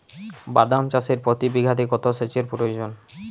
বাদাম চাষে প্রতি বিঘাতে কত সেচের প্রয়োজন?